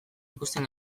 ikusten